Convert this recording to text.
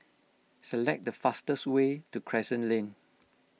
select the fastest way to Crescent Lane